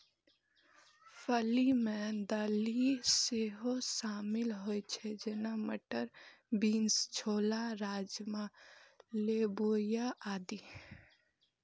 फली मे दालि सेहो शामिल होइ छै, जेना, मटर, बीन्स, छोला, राजमा, लोबिया आदि